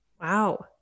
Wow